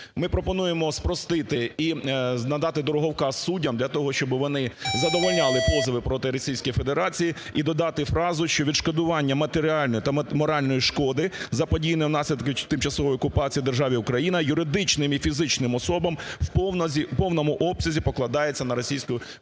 Ми пропонуємо спростити і надати дороговказ суддям для того, щоб вони задовольняли позови проти Російської Федерації, і додати фразу, що відшкодування матеріальної та моральної шкоди, заподіяної внаслідок тимчасової окупації державі Україна, юридичним і фізичним особам в повному обсязі покладається на